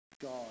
God